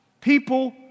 People